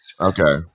Okay